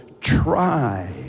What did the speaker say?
try